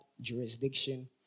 jurisdiction